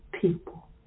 people